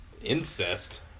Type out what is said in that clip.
incest